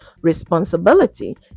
responsibility